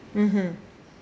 mmhmm